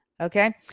Okay